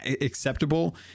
acceptable